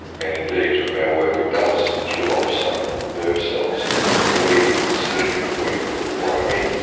and indeed from our work it does kill off some nerve cells in the immediate vicinity of where you put the wire in.